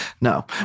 No